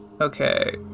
Okay